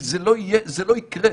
אם זה לא יהיה, זה לא יקרה.